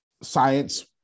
science